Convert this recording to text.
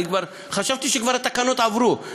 חשבתי שהתקנות כבר עברו.